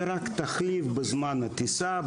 זה רק תחליף בזמן הטיסה,